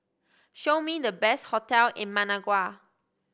show me the best hotel in Managua